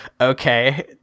okay